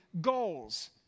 goals